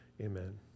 amen